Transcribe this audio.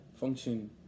function